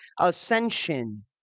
ascension